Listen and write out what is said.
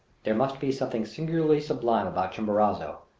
there must be something singularly sublime about chimborazo,